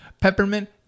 Peppermint